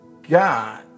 God